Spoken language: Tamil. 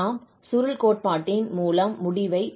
நாம் சுருள் கோட்பாட்டின் மூலம் முடிவைப் பெற்றோம்